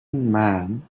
man